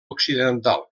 occidental